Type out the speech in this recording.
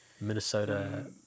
Minnesota